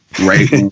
right